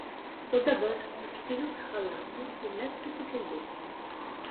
o dabar apsivilk chalatą ir mes pasikalbėsime